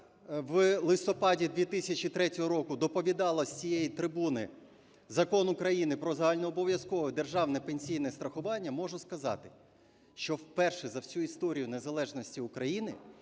в листопаді 2003 року доповідала з цієї трибуни Закон України "Про загальнообов'язкове державне пенсійне страхування", можу сказати, що вперше за всю історію незалежності України